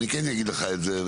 אני כן אגיד לך את זה.